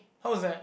how was that